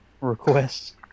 Requests